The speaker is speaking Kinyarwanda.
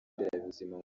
nderabuzima